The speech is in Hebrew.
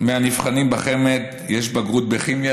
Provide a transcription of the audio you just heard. מהנבחנים בחמ"ד יש בגרות בכימיה,